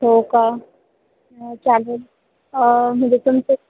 हो का चालेल म्हणजे तुमचं